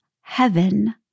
heaven